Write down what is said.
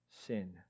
sin